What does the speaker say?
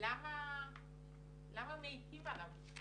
למה מאיצים עליו.